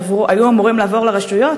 שהיו אמורים לעבור לרשויות,